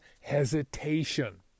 hesitation